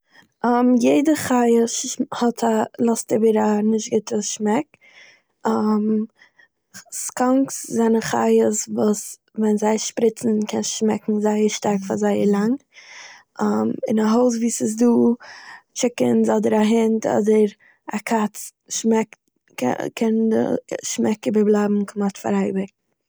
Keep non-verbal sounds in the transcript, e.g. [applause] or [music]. [hesitation] יעדער חי' האט א...לאזט איבער א נישט גוטע שמעק, [hesitation] סקאנק'ס זענען חיות וואס ווען זיי שפריצן קען שמעקן זייער שטארק פאר זייער לאנג, [hesitation] אין א הויז ווי ס'איז דא טשיקענס אדער א הונט אדער א קאץ שמעקט [hesitation] קען דער שמעק איבערבליין כמעט פאר אייביג.